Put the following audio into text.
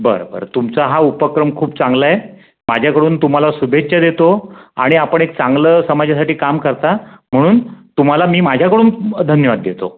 बरं बरं तुमचा हा उपक्रम खूप चांगला आहे माझ्याकडून तुम्हाला शुभेच्छा देतो आणि आपण एक चांगलं समाजासाठी काम करता म्हणून तुम्हाला मी माझ्याकडून धन्यवाद देतो